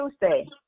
Tuesday